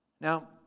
Now